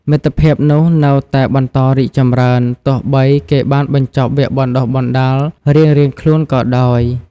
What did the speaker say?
មិត្តភាពនោះនៅតែបន្តរីកចម្រើន ទោះបីគេបានបញ្ចប់វគ្គបណ្តុះបណ្ដាលរៀងៗខ្លួនក៏ដោយ។។